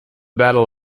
battle